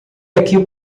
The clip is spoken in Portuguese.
aqui